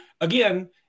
again